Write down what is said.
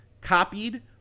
copied